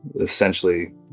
essentially